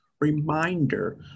reminder